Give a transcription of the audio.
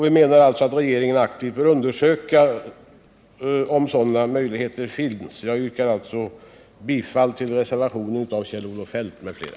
Vi menar alltså att regeringen aktivt bör undersöka om sådana möjligheter finns. Jag yrkar alltså bifall till reservationen av Kjell-Olof Feldt m.fl.